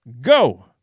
Go